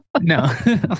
No